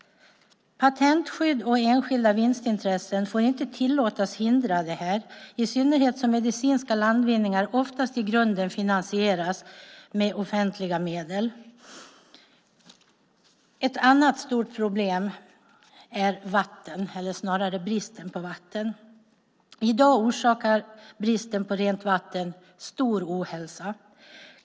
Patentskydd och enskilda vinstintressen får inte tillåtas hindra detta, i synnerhet som medicinska landvinningar oftast i grunden finansieras med offentliga medel. Ett annat stort problem är bristen på vatten. I dag orsakar bristen på rent vatten stor ohälsa.